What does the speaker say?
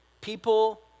people